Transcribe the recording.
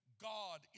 God